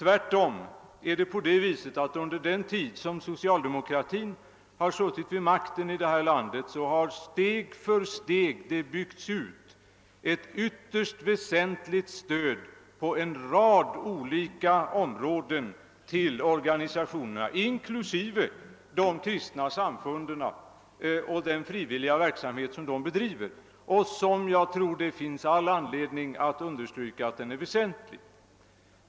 Det är tvärtom så att under den tid som socialdemokratin suttit vid makten i detta land har det steg för steg byggts ut ett ytterst väsentligt stöd på en rad olika områden för organisationerna, inklusive de kristna samfunden, och för den frivilliga verksamhet som dessa bedriver och som jag tror det finns all anledning understryka är väsentlig.